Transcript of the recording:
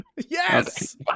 Yes